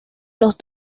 los